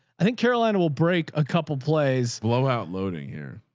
i think carolina will break a couple plays, blow out loading here.